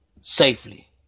safely